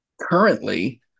Currently